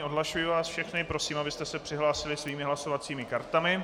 Odhlašuji vás všechny, prosím, abyste se přihlásili svými hlasovacími kartami.